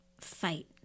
fight